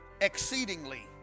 exceedingly